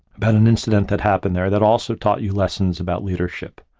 about an incident that happened there that also taught you lessons about leadership.